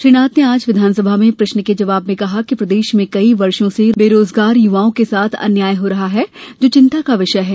श्री नाथ ने आज विधानसभा में प्रश्न के जवाब में कहा कि प्रदेश में कई वर्षो से बेरोजगार युवाओं के साथ अन्याय हो रहा है जो चिंता का विषय है